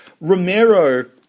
Romero